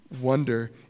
wonder